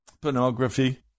pornography